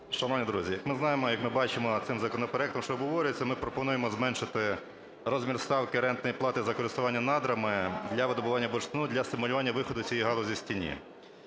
Шановні друзі, як ми знаємо, як ми бачимо, цим законопроектом, що обговорюється, ми пропонуємо зменшити розмір ставки рентної плати за користування надрами для видобування бурштину для стимулювання виходу цієї галузі з тіні.